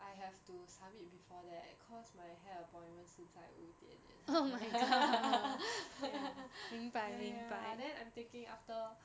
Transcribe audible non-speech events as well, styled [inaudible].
I have to submit before that cause my hair appointment 是在五点 [laughs] [laughs] !aiya! then I'm thinking after